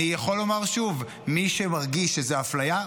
אני יכול לומר שוב: מי שמרגיש שזו אפליה,